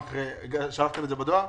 שלחנו בדואר רשום.